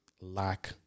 lack